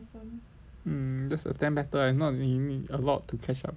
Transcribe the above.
mm just attend better if not you need a lot to catch up with